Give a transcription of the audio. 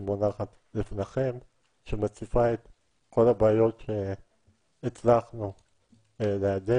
היא מונחת לפניכם שמציפה את כל הבעיות שהצלחנו להעביר,